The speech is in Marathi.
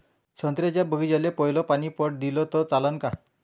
संत्र्याच्या बागीचाले पयलं पानी पट दिलं त चालन का?